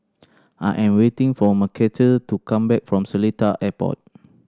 I am waiting for Mcarthur to come back from Seletar Airport